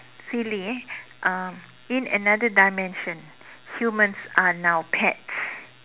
silly eh um in another dimension humans are now pets